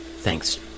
Thanks